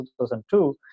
2002